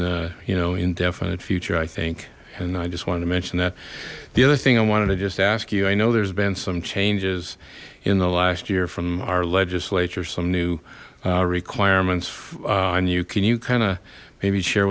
the you know indefinite future i think and i just wanted to mention that the other thing i wanted to just ask you i know there's been some changes in the last year from our legislature some new requirements on you can you kind of maybe share